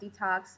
Detox